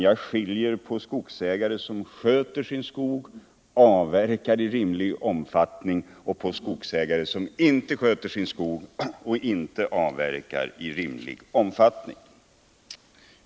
Jag skiljer i stället på skogsägare som sköter sin skog, som avverkar i rimlig omfattning, och skogsägare som inte sköter sin skog och inte avverkar i rimlig omfattning.